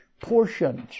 portions